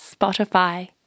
Spotify